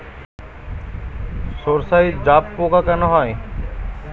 সর্ষায় জাবপোকা কেন হয়?